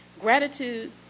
Gratitude